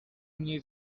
mniej